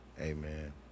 amen